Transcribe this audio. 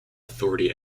authority